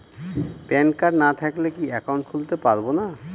Pan card না থাকলে কি একাউন্ট খুলতে পারবো না?